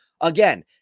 Again